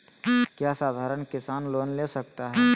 क्या साधरण किसान लोन ले सकता है?